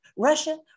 Russia